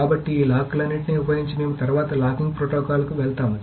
కాబట్టి ఈ లాక్లన్నింటినీ ఉపయోగించి మేము తరువాత లాకింగ్ ప్రోటోకాల్ లకు వెళ్తాము